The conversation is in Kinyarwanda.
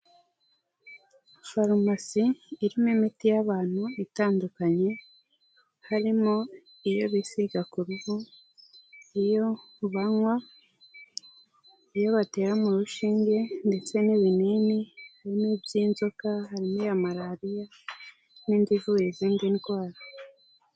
Farumasi irimo imiti y'abantu itandukanye, harimo iyo bisiga ku ruhu, iyo banywa, iyo batera mu rushinge ndetse n'ibinini bimwe by'inzoka, harimo iya Malariya n'indi ivura izindi ndwara.